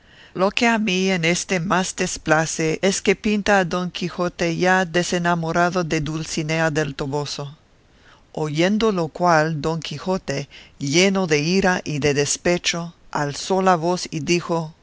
lo que a mí en éste más desplace es que pinta a don quijote ya desenamorado de dulcinea del toboso oyendo lo cual don quijote lleno de ira y de despecho alzó la voz y dijo